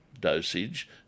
dosage